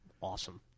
Awesome